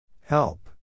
Help